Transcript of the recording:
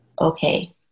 okay